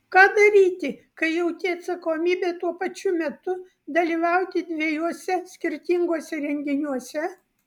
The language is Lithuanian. ką daryti kai jauti atsakomybę tuo pačiu metu dalyvauti dviejuose skirtinguose renginiuose